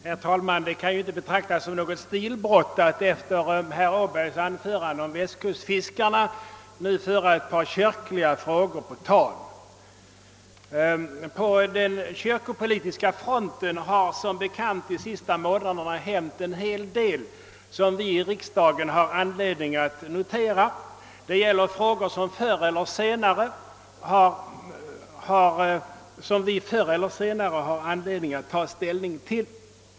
Herr talman! Det kan inte betraktas som något stilbrott att efter herr Åbergs anförande om västkustfiskarna nu föra ett par kyrkliga frågor på tal. På den kyrkliga fronten har som bekant de senaste månaderna hänt en hel del, som vi i riksdagen har anledning att notera. Det gäller frågor som vi förr eller senare har att ta ställning till.